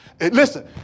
listen